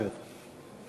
(חברי הכנסת מכבדים בקימה את זכרה של המנוחה.) נא לשבת.